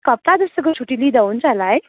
एक हप्ता जस्तोको छुट्टी दिँदा हुन्छ होला है